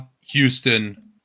Houston